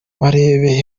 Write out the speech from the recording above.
barebeye